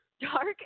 dark